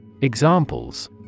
Examples